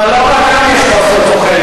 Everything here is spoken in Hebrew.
אבל לא רק כאן יש חוסר תוחלת,